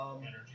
Energy